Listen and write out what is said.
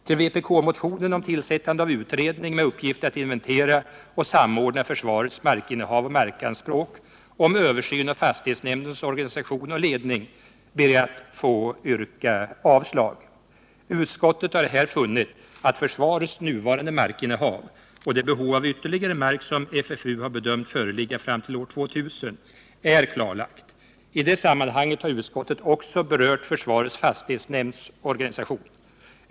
På vpk-motionen om tillsättande av utredning med uppgift att inventera och samordna försvarets markinnehav och markanspråk och om översyn av fastighetsnämndens organisation och ledning ber jag att få yrka avslag. Utskottet har här funnit att försvarets nuvarande markinnehav och det behov av ytterligare mark som FFU har bedömt föreligga fram till år 2000 är klarlagda. I det sammanhanget har utskottet också berört försvarets fastighetsnämnds organisation.